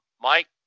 Mike